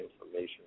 information